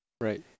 Right